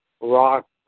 rock